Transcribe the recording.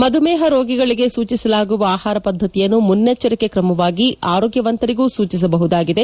ಮಧುಮೇಹ ರೋಗಿಗಳಿಗೆ ಸೂಚಿಸಲಾಗುವ ಆಹಾರ ಪದ್ದತಿಯನ್ನು ಮುನ್ನೆಚ್ಚರಿಕೆ ಕ್ರಮವಾಗಿ ಆರೋಗ್ಲವಂತರಿಗೂ ಸೂಚಿಸಬಹುದಾಗಿದೆ